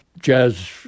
Jazz